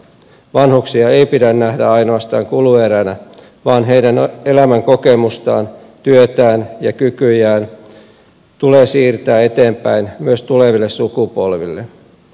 vanhuksia ei pidä nähdä ainoastaan kulueränä vaan heidän elämänkokemustaan työtään ja kykyjään tulee siirtää eteenpäin myös tuleville sukupolville